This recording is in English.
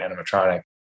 animatronic